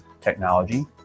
technology